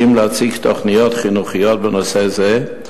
להציג תוכניות חינוכיות בנושא זה,